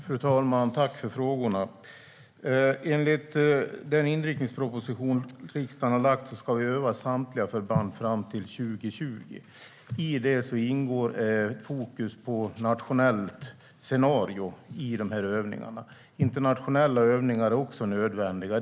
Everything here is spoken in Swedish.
Fru talman! Tack för frågan! Enligt den inriktningsproposition som riksdagen har fattat beslut om ska samtliga förband öva fram till 2020. I de övningarna ingår fokus på ett nationellt scenario. Internationella övningar är också nödvändiga.